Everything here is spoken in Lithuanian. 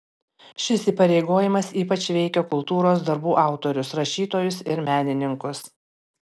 šis įpareigojimas ypač veikia kultūros darbų autorius rašytojus ir menininkus